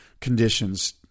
conditions